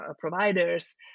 providers